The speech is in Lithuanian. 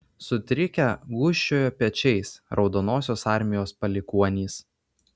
sutrikę gūžčiojo pečiais raudonosios armijos palikuonys